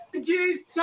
Jesus